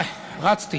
ישבתי